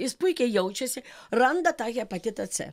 jis puikiai jaučiasi randa tą hepatitą c